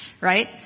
Right